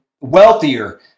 wealthier